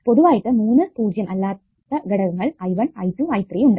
പൊതുവായിട്ട് മൂന്ന് പൂജ്യം അല്ലാത്ത ഘടകങ്ങൾ I1 I2 I3 ഉണ്ട്